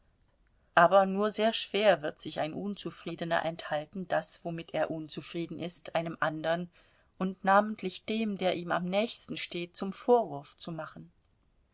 aber nur sehr schwer wird sich ein unzufriedener enthalten das womit er unzufrieden ist einem andern und namentlich dem der ihm am nächsten steht zum vorwurf zu machen